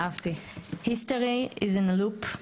history is an a loop,